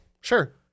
Sure